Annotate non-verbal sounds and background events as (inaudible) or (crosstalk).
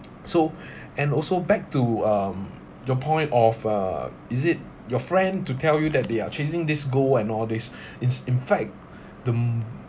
so (breath) and also back to um your point of uh is it your friend to tell you that they are chasing this goal and all this is in fact the (noise)